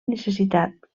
necessitat